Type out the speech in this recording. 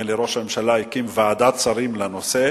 נדמה לי שראש הממשלה הקים ועדת שרים לנושא,